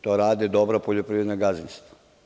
To rade dobra poljoprivredna gazdinstva.